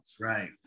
right